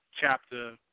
chapter